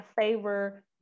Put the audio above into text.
favor